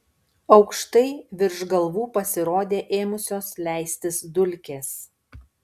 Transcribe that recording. aukštai virš galvų pasirodė ėmusios leistis dulkės